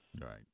Right